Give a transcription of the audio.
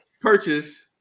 purchase